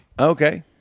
Okay